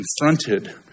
confronted